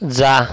जा